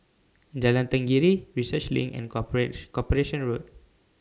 Jalan Tenggiri Research LINK and Corporate Corporation Road